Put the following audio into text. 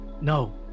No